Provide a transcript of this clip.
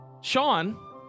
Sean